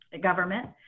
government